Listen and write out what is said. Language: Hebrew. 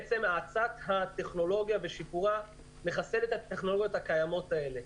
בעצם הטכנולוגיה ושיפורה מחסלת את הטכנולוגיות האלה.